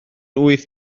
wyth